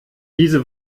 diese